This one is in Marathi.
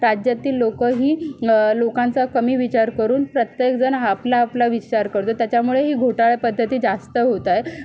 राज्यातील लोकही लोकांचा कमी विचार करून प्रत्येकजण हा आपला आपला विचार करतो त्याच्यामुळे ही घोटाळे पद्धती जास्त होत आहे